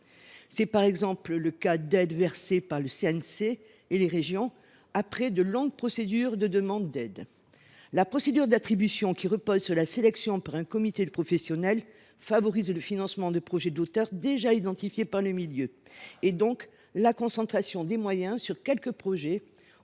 C’est par exemple le cas d’aides versées par le CNC et les régions après de longues procédures. Ces procédures d’attribution, qui reposent sur des sélections faites par des comités de professionnels, favorisent le financement de projets d’auteurs déjà identifiés par le milieu, et donc la concentration des moyens sur quelques uns